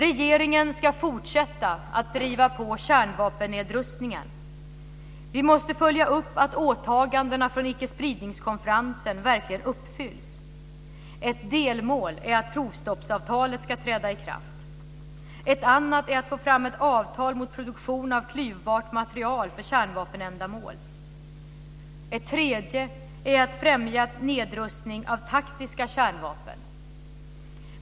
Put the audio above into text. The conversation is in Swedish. Regeringen ska fortsätta att driva på kärnvapennedrustningen. Vi måste följa upp att åtagandena från ickespridningskonferensen verkligen uppfylls. Ett delmål är att provstoppsavtalet ska träda i kraft. Ett annat är att få fram ett avtal mot produktion av klyvbart material för kärnvapenändamål. Ett tredje är att främja nedrustning av taktiska kärnvapen.